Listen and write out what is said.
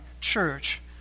church